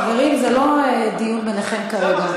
חברים, זה לא דיון ביניכם כרגע.